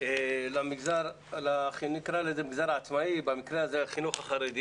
למגזר העצמאי, במקרה זה החינוך החרדי